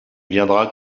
viendra